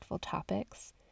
topics